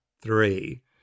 three